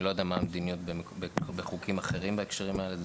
אני לא יודע מה המדיניות בחוקים אחרים בהקשרים האלה,